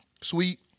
Sweet